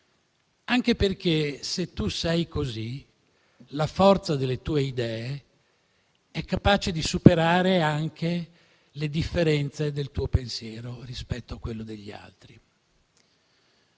anche perché, se si è così, la forza delle tue idee è capace di superare anche le differenze del tuo pensiero rispetto a quello degli altri.